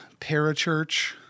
parachurch